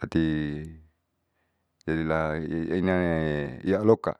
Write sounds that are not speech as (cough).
tati (hesitation) ialoka.